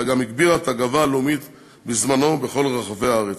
אלא גם הגבירה את הגאווה הלאומית בזמנו בכל רחבי הארץ.